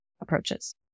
approaches